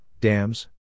dams